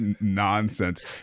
nonsense